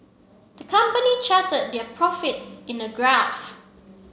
the company charted their profits in a graph